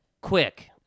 quick